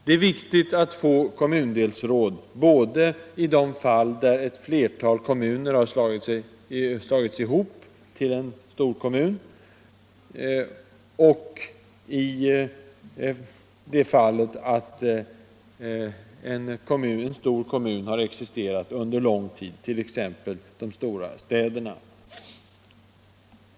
Det är viktigt att få kommundelsråd både i de fall där ett flertal kommuner har slagits ihop till en storkommun och i de fall där en stor kommun har existerat under lång tid, t.ex. de stora städerna.